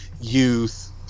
youth